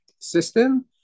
system